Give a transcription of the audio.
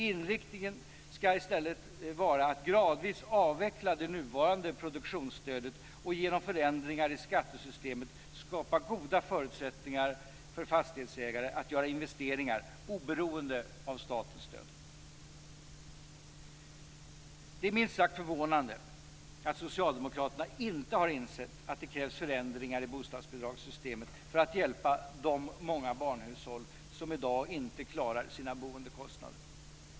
Inriktningen skall i stället vara att gradvis avveckla det nuvarande produktionsstödet och genom förändringar i skattesystemet skapa goda förutsättningar för fastighetsägare att göra investeringar, oberoende av statens stöd. Det är minst sagt förvånande att socialdemokraterna inte har insett att det krävs förändringar i bostadsbidragssystemet för att hjälpa de många barnhushåll som i dag inte klarar sina boendekostnader.